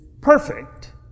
perfect